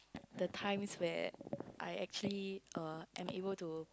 the times where I actually uh am able to